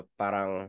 parang